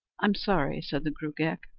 i'm sorry, said the gruagach,